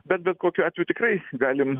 bet bet kokiu atveju tikrai galim